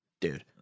Dude